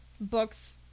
books